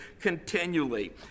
continually